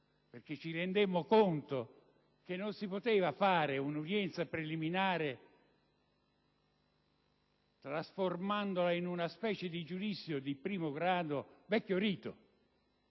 perché ci rendemmo conto che non si poteva svolgere un'udienza preliminare trasformandola in una specie di giudizio di primo grado secondo il